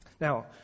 now